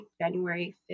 January